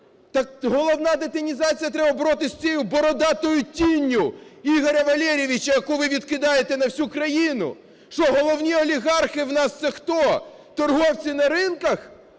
Так головна детінізація - треба боротись з цією бородатою тінню Ігоря Валерійовича, яку ви відкидаєте на всю країну! Що, головні олігархи в нас, це хто? Торгівці на ринках?